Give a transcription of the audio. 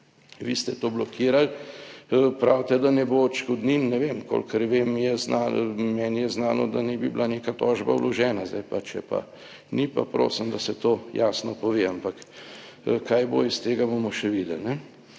Vi ste to blokirali. Pravite, da ne bo odškodnin, ne vem, kolikor vem, je znalo. Meni je znano, da naj bi bila neka tožba vložena. Sedaj pa, če pa ni, pa prosim, da se to jasno pove, ampak kaj bo iz tega, bomo še videli.